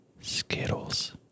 Skittles